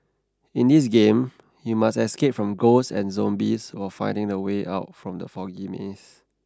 in this game you must escape from ghosts and zombies while finding the way out from the foggy maze